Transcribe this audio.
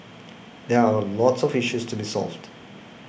there are lots of issues to be solved